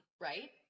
right